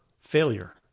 failure